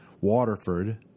Waterford